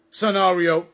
scenario